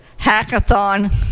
hackathon